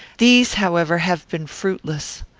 these, however, have been fruitless.